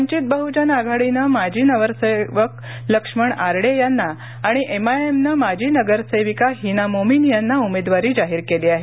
वंचित बहूजन आघाडीनं माजी नगरसेवक लक्ष्मण आरडे यांना आणि एमआयएमनं माजी नगरसेविका हिना मोमीन यांना उमेदवारी जाहीर केली आहे